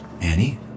Annie